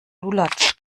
lulatsch